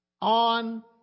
on